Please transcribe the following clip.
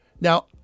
Now